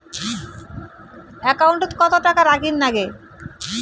একাউন্টত কত টাকা রাখীর নাগে?